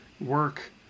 work